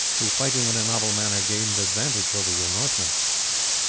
who, fighting in a novel manner, gained advantage over your northmen.